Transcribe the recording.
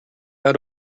out